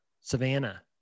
Savannah